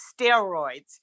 steroids